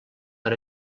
per